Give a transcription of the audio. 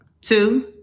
Two-